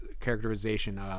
characterization